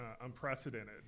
unprecedented